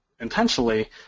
intentionally